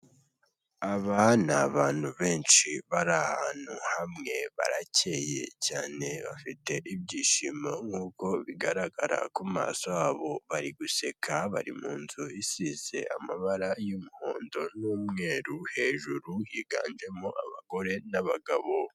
Aba n'abantu benshi bari ahantu hamwe barakeye cyane bafite ibyishimo nkuko bigaragara ku maso habo, bari guseka bari munzu isize amabara y'umuhondo n'umweru, hejuru higanjemo abagore n'abagabo.